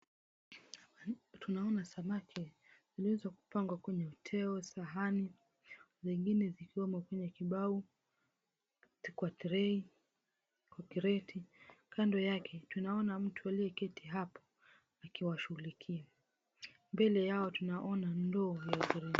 Tunaona samaki walioweza kupangwa kwenye uteo, sahani zengine zikiwamo kwenye kibao, kwa trei, kwa kreti. Kando yake tunaona mtu aliyeketi hapo akiwa shughulikia. Mbele yao tunaona ndoo.